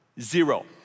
Zero